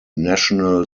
national